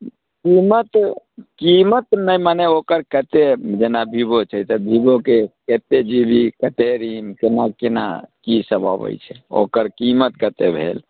कीमत कीमत नहि मने ओकर कतेक जेना भिभो छै तऽ भिभोके कतेक जी बी कतेक रैम केना केना ई सब अबैत छै ओकर कीमत कतेक भेल